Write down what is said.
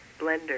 blender